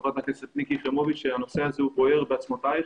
חברת הכנסת מיקי חיימוביץ - הנושא הזה בוער בעצמותייך